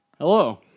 Hello